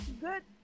good